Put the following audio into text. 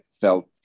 felt